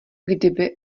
kdyby